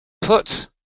put